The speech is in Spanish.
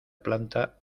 planta